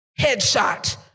headshot